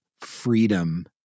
freedom